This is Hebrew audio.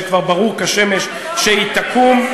שכבר ברור כשמש שהיא תקום,